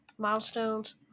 Milestones